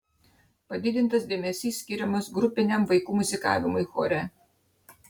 padidintas dėmesys skiriamas grupiniam vaikų muzikavimui chore